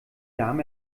darm